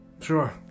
Sure